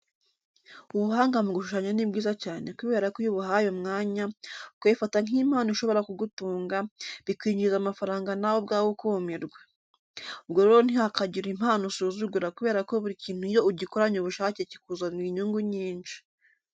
Ubuhanga mu gushushanya ni bwiza cyane kubera ko iyo ubuhaye umwanya, ukabifata nk'impano ishobora kugutunga, bikwinjiriza amafaranga nawe ubwawe ukumirwa. Ubwo rero ntihakagire impano usuzugura kubera ko buri kintu iyo ugikoranye ubushake kikuzanira inyungu nyinshi.